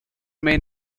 may